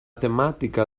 temàtica